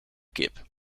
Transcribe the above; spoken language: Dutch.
kip